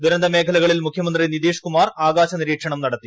ദുരന്ത മേഖലകളിൽ മുഖ്യമന്ത്രി നിതീഷ് കുമാർ ആകാശ നിരീക്ഷണം നടത്തി